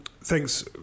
thanks